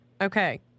Okay